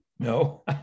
No